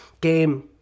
game